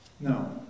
no